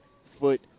foot